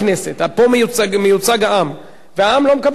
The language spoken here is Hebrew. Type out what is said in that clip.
פה מיוצג העם והעם לא מקבל תשובה.